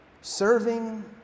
serving